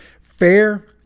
fair